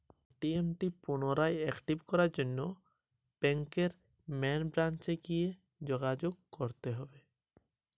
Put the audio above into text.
আমার ATM card block হয়ে গেছে কার্ড টি একটিভ করার জন্যে কি করতে হবে?